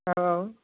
औ